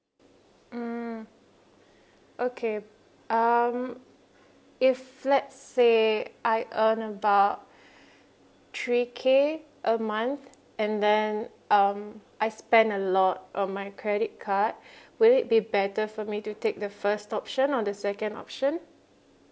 mm okay um I if let's say I earn about three K a month and then um I spend a lot on my credit card will it be better for me to take the first option or the second option